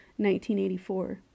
1984